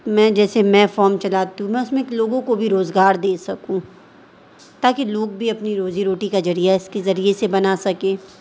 میں جیسے میں فام چلاتی ہوں میں اس میں لوگوں کو بھی روزگار دے سکوں تاکہ لوگ بھی اپنی روزی روٹی کا ذریعہ اس کے ذریعے سے بنا سکیں